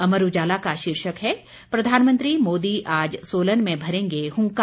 अमर उजाला का शीर्षक है प्रधानमंत्री मोदी आज सोलन में भरेंगे हुंकार